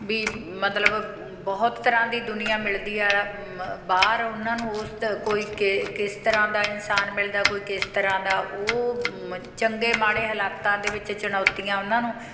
ਵੀ ਮਤਲਬ ਬਹੁਤ ਤਰ੍ਹਾਂ ਦੀ ਦੁਨੀਆਂ ਮਿਲਦੀ ਆ ਮ ਬਾਹਰ ਉਹਨਾਂ ਨੂੰ ਉਸ 'ਚ ਕੋਈ ਕਿ ਕਿਸ ਤਰ੍ਹਾਂ ਦਾ ਇਨਸਾਨ ਮਿਲਦਾ ਕੋਈ ਕਿਸ ਤਰ੍ਹਾਂ ਦਾ ਉਹ ਮ ਚੰਗੇ ਮਾੜੇ ਹਾਲਾਤਾਂ ਦੇ ਵਿੱਚ ਚੁਣੌਤੀਆਂ ਉਹਨਾਂ ਨੂੰ